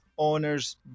Owners